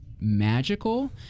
magical